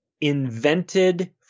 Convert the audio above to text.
invented